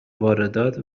واردات